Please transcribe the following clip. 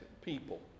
people